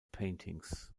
paintings